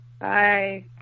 Bye